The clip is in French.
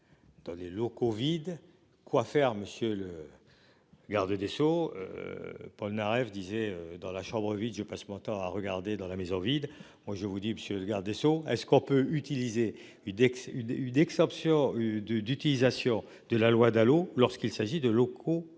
Dans les locaux vides, quoi faire. Monsieur le. Garde des Sceaux. Polnareff disait dans la chambre vite, je passe mon temps à regarder dans la maison vide, moi je vous dis monsieur le garde des Sceaux, est-ce qu'on peut utiliser une une une exception de, d'utilisation de la loi Dalo lorsqu'il s'agit de locaux vides.